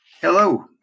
Hello